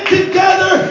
together